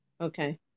Okay